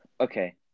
Okay